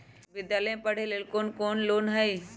विद्यालय में पढ़े लेल कौनो लोन हई?